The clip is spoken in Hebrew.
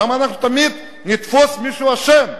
למה אנחנו תמיד נתפוס מישהו אשם?